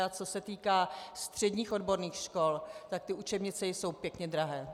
A co se týká středních odborných škol, tak ty učebnice jsou pěkně drahé.